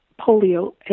polio